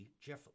Jeff